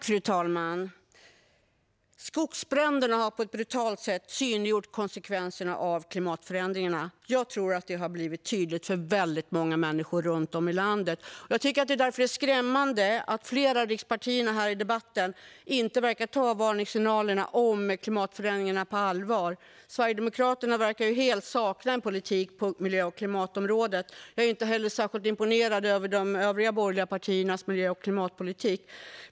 Fru talman! Skogsbränderna har på ett brutalt sätt synliggjort konsekvenserna av klimatförändringarna. Jag tror att det har blivit tydligt för väldigt många människor runt om i landet. Jag tycker därför att det är skrämmande att flera av riksdagspartierna som deltar här i debatten inte verkar ta varningssignalerna om klimatförändringen på allvar. Sverigedemokraterna verkar helt sakna en politik på miljö och klimatområdet. Jag är inte heller särskilt imponerad av de övriga borgerliga partiernas miljö och klimatpolitik.